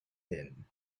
din